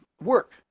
work